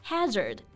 Hazard